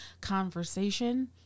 conversation